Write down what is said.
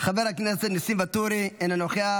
חבר הכנסת ניסים ואטורי, אינו נוכח.